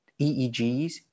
EEGs